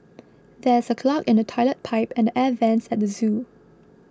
there is a clog in the Toilet Pipe and Air Vents at the zoo